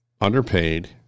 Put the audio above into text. underpaid